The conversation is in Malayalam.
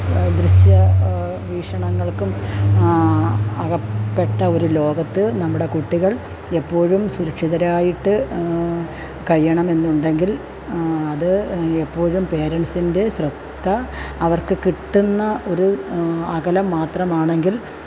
ദൃശ്യ വീഷണങ്ങള്ക്കും അകപ്പെട്ട ഒരു ലോകത്ത് നമ്മുടെ കുട്ടികള് എപ്പോഴും സുരക്ഷിതരായിട്ട് കഴിയണമെന്നുണ്ടെങ്കില് അത് എപ്പോഴും പേരന്സിന്റെ ശ്രദ്ധ അവര്ക്ക് കിട്ടുന്ന ഒരു അകലം മാത്രമാണെങ്കില്